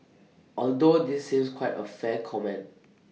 although this seems quite A fair comment